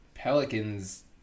Pelicans